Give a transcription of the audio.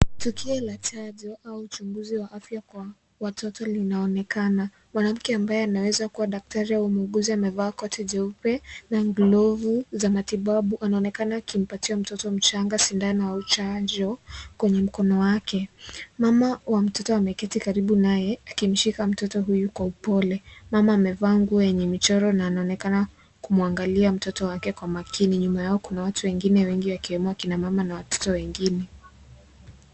Tukio la chanjo, au uchunguzi wa afya kwa watoto linaonekana, mwanamke ambaye anaweza kua daktari au muuguzi qmevaa koti jeupe, na glovu za matibabu anaonekana akimpatia mtoto mchanga sindano au chanjo, kwenye mkono wake, mama wa mtoto ameketi karibu naye, akimshika mtoto huyu kwa upole, mama amevaa nguo yenye michoro na anaonekana kumwangalia mtoto wao kwa makini, nyuma yao kuna watu wengine wengi ikiwemo kina mama na watoto wengine.